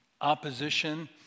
opposition